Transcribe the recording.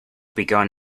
begun